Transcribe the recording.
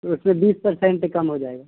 تو اس میں بیس پرسینٹ کم ہو جائے گا